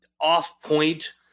off-point